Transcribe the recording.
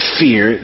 fear